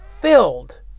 filled